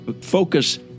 focus